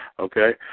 Okay